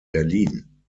berlin